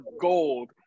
gold